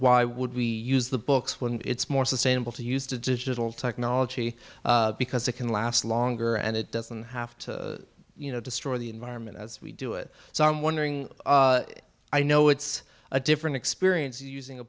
why would we use the books when it's more sustainable to use digital technology because it can last longer and it doesn't have to you know destroy the environment as we do it so i'm wondering i know it's a different experience using a